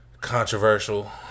controversial